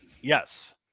Yes